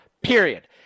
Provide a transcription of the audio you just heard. period